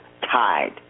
tied